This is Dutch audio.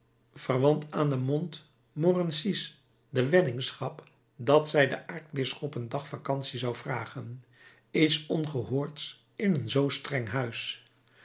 verwant aan de montmorencys de weddingschap dat zij den aartsbisschop een dag vacantie zou vragen iets ongehoords in een zoo streng huis